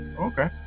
Okay